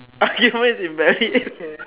argument is invalid